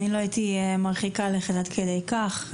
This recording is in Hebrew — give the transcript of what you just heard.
אני לא הייתי מרחיקה לכת עד כדי כך.